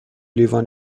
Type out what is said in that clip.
لیوان